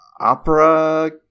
opera